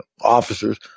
officers